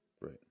Right